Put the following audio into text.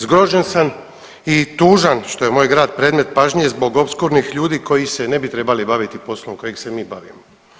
Zgrožen sam i tužan što je moj grad predmet pažnje zbog opskurnih ljudi koji se ne bi trebali baviti poslom kojim se mi bavimo.